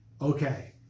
okay